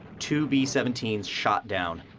two b seventeen s shot down.